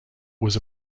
was